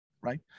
right